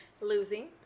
Losing